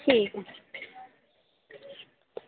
ठीक